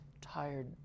tired